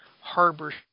harbor